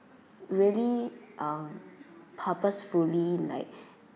really um purposefully like